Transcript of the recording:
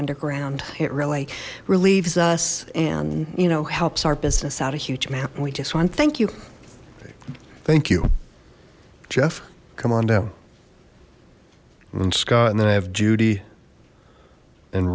underground it really relieves us and you know helps our business out a huge amount and we just want thank you thank you jeff come on down then scott and then i have judy and